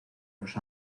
los